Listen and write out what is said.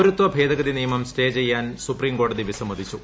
പൌരത്വ ഭേദഗതി നിയ്മം സ്റ്റേ ചെയ്യാൻ സുപ്രീംകോടതി വിസമ്മതിച്ചു